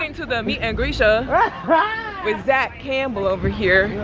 and to the meet and grecia with zack campbell over here.